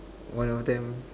one of them